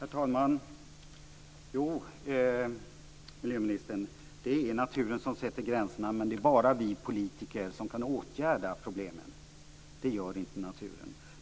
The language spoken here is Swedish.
Herr talman! Jo miljöministern, det är naturen som sätter gränserna, men det är bara vi politiker som kan åtgärda problemen. Det gör inte naturen.